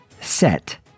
set